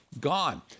Gone